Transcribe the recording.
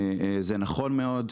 זה נכון מאוד.